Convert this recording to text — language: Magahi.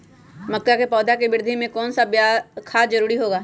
मक्का के पौधा के वृद्धि में कौन सा खाद जरूरी होगा?